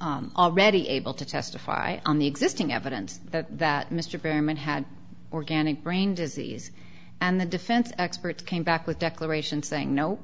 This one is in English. already able to testify on the existing evidence that that mr freeman had organic brain disease and the defense expert came back with declaration saying no